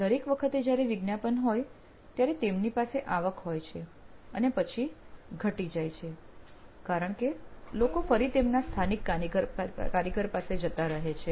દર વખતે જયારે વિજ્ઞાપન હોય ત્યારે તેમની પાસે આવક હોય છે અને પછી ઘટી જાય છે કારણ કે લોકો ફરી તેમના સ્થાનિક કારીગર પાસે જતા રહે છે